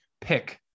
pick